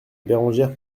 bérengère